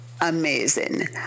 Amazing